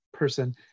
person